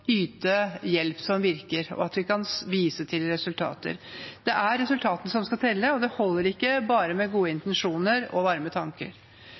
yte hjelp som virker, og at vi kan vise til resultater. Det er resultatene som skal telle, det holder ikke bare med gode intensjoner og varme tanker.